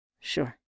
Sure